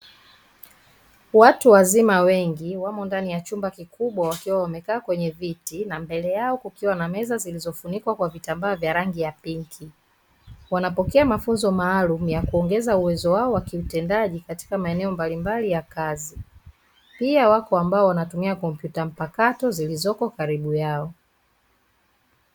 Watu wazima wengi wamo ndani ya chumba kikubwa, wakiwa wamekaa kwenye viti na mbele yao kukiwa na meza zilizofunikwa kwa vitambaa vya rangi ya pinki. Wanapokea mafunzo maalumu ya kuongeza uwezo wao wa kiutendaji katika maeneo mbalimbali ya kazi. Pia Wako ambao wanatumia kompyuta mpakato zilizoko karibu yao.